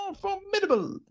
formidable